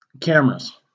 cameras